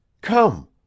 Come